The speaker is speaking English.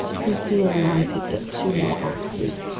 conseil and i picked up two more axes.